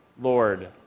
Lord